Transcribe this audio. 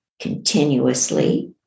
continuously